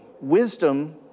Wisdom